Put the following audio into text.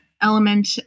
element